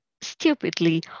stupidly